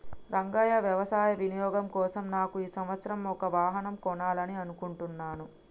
రంగయ్య వ్యవసాయ వినియోగం కోసం నాకు ఈ సంవత్సరం ఒక వాహనం కొనాలని అనుకుంటున్నాను